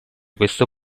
questo